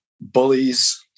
bullies